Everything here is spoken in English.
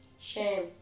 Shame